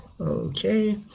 okay